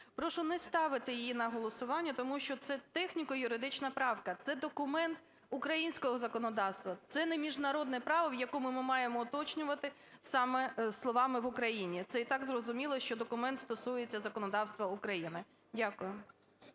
Прошу не ставити її на голосування, тому що це техніко-юридична правка, це документ українського законодавства, це не міжнародне право, в якому ми маємо уточнювати саме словами "в Україні". Це і так зрозуміло, що документ стосується законодавства України. Дякую.